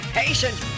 patient